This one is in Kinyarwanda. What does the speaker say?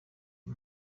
iyo